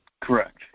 Correct